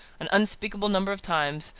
an unspeakable number of times,